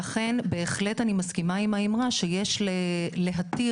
לכן בהחלט אני מסכימה עם האמירה שיש להתיר